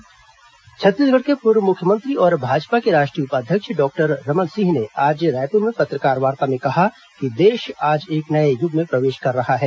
रमन सिंह भूपेश बघेल छत्तीसगढ़ के पूर्व मुख्यमंत्री और भाजपा के राष्ट्रीय उपाध्यक्ष डॉक्टर रमन सिंह ने आज रायपुर में पत्रकारवार्ता में कहा कि देश आज एक नए यूग में प्रवेश कर रहा है